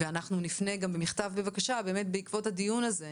אנחנו נפנה גם במכתב בקשה, בעקבות הדיון הזה.